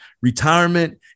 Retirement